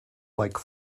like